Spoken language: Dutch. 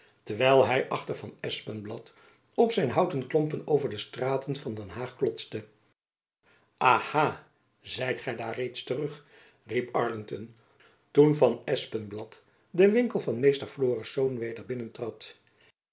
terwijl hy achter van espenblad op zijn houten klompen over de straten van den haag klotste a ha zijt gy daar reeds terug riep arlington toen van espenblad den winkel van meester florisz weder